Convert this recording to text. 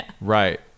Right